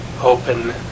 Open